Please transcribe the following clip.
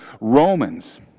Romans